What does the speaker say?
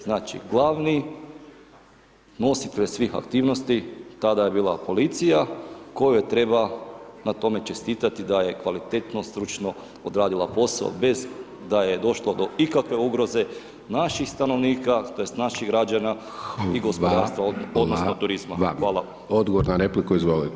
Znači glavni nositelj svih aktivnosti tada je bila policija kojoj treba na tome čestitati da je kvalitetno, stručno odradila posao bez da je došlo do ikakve ugroze naših stanovnika tj. naših građana i gospodarstva odnosno turizma.